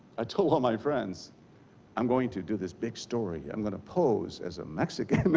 ah told um my friends i'm going to do this big story i'm going to pose as a mexico.